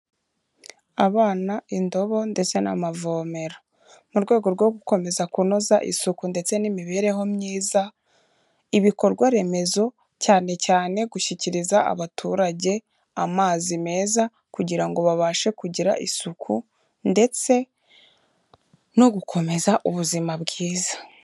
Abana, indobo ndetse n'amavomera, mu rwego rwo gukomeza kunoza isuku ndetse n'imibereho myiza, ibikorwaremezo cyane cyane gushyikiriza abaturage amazi meza, kugira ngo babashe kugira isuku ndetse no gukomeza ubuzima bwiza.